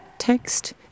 Text